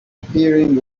healing